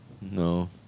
No